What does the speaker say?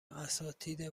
اساتید